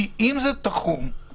כי אם זה תחום,